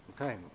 Okay